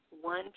one